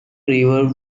river